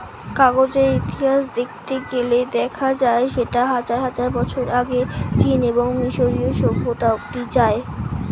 কাগজের ইতিহাস দেখতে গেলে দেখা যায় সেটা হাজার হাজার বছর আগে চীন এবং মিশরীয় সভ্যতা অবধি যায়